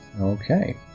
Okay